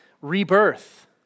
rebirth